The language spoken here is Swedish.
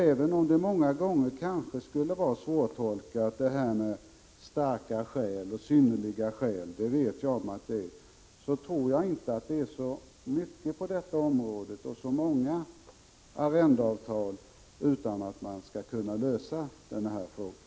Även om begreppen ”starka skäl” och ”synnerliga skäl” många gånger kanske är svårtolkade — jag vet att det är så — tror jag inte att det gäller så många arrendeavtal, utan menar att frågorna kan lösas.